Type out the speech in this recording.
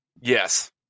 Yes